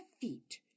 feet